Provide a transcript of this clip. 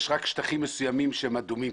יש רק שטחים מסוימים שהם אדומים,